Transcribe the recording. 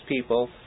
people